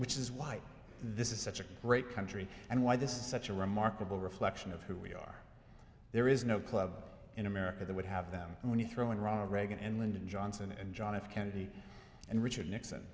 which is why this is such a great country and why this is such a remarkable reflection of who we are there is no club in america that would have them and when you throw in ronald reagan and lyndon johnson and john f kennedy and richard nixon